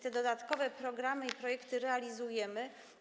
Te dodatkowe programy i projekty realizujemy.